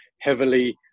heavily